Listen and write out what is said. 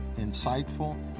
insightful